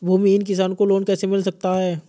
भूमिहीन किसान को लोन कैसे मिल सकता है?